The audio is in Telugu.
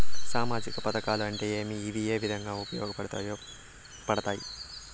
సామాజిక పథకాలు అంటే ఏమి? ఇవి ఏ విధంగా ఉపయోగపడతాయి పడతాయి?